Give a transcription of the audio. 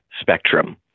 spectrum